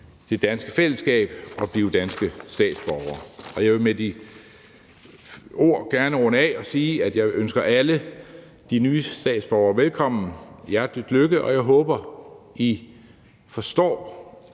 det danske fællesskab, og blive danske statsborgere. Jeg vil med de ord gerne runde af og sige, at jeg ønsker alle de nye statsborgere velkommen og hjerteligt tillykke, og jeg håber, at I forstår